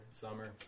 Summer